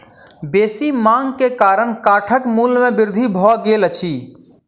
बेसी मांग के कारण काठक मूल्य में वृद्धि भ गेल अछि